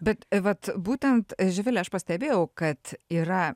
bet vat būtent živile aš pastebėjau kad yra